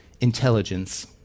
intelligence